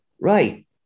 right